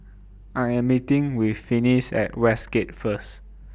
I Am meeting with Finis At Westgate First